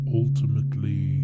ultimately